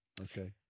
Okay